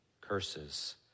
curses